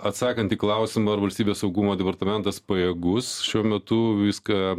atsakant į klausimą ar valstybės saugumo departamentas pajėgus šiuo metu viską